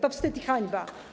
To wstyd i hańba.